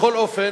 בכל אופן,